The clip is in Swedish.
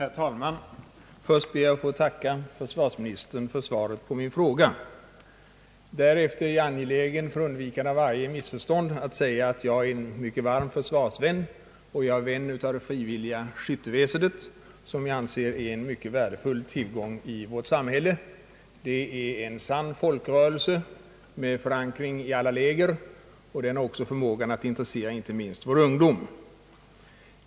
Herr talman! Först ber jag att få tacka försvarsministern för svaret på min fråga. Därefter är jag angelägen, för undvikande av varje missförstånd, att framhålla att jag är en mycket varm försvarsvän och en vän av det frivilliga skytteväsendet, som jag anser vara en mycket värdefull tillgång i vårt samhälle. Det är en sann folkrörelse med förankring i alla läger och har också förmågan att intressera inte minst vår ungdom.